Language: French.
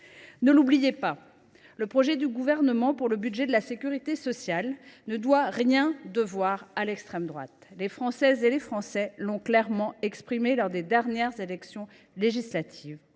Ne l’oubliez pas : le projet du Gouvernement pour le budget de la sécurité sociale ne doit rien devoir à l’extrême droite. Les Françaises et les Français l’ont clairement exprimé lors des dernières élections législatives